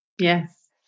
yes